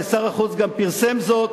ושר החוץ גם פרסם זאת,